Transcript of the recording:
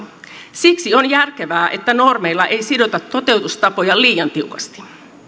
siksi on järkevää että normeilla ei sidota toteutustapoja liian tiukasti